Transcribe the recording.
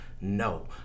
No